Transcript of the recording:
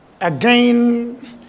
Again